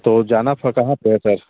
तो जाना कहाँ पे है सर